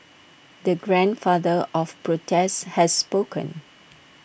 the grandfather of protests has spoken